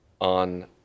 on